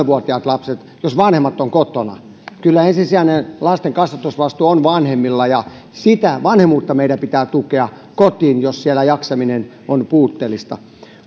vuotiaat lapset jos vanhemmat ovat kotona kyllä ensisijainen lasten kasvatusvastuu on vanhemmilla ja sitä vanhemmuutta meidän pitää tukea kotiin jos siellä jaksaminen on puutteellista